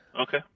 Okay